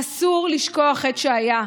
אסור לשכוח את שהיה.